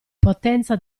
potenza